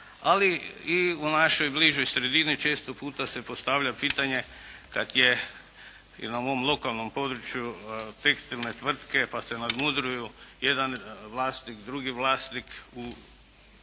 ali i u našoj bližoj sredini se često puta se postavlja pitanje, gdje na mom lokalnom području tekstilne tvrtke, pa se nadmudruju jedan vlasnik, drugi vlasnik u